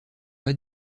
pas